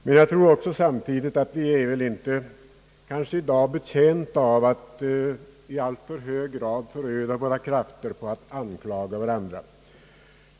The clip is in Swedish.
Samtidigt tror jag att vi i dag inte är betjänta av att i alltför hög grad föröda våra krafter på att anklaga varandra.